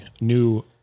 new